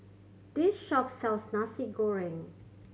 this shop sells Nasi Goreng